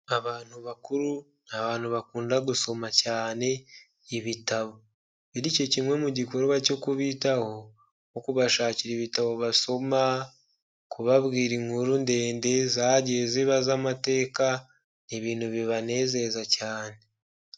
Abantu bakuru ni abantu bakunda gusoma cyane ibitabo, bityo kimwe mu gikorwa cyo kubitaho, nko kubashakira ibitabo basoma, kubabwira inkuru ndende zagiye ziba z'amateka, ni ibintu bibanezeza cyane.